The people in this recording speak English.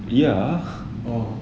orh